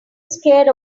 scared